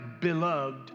beloved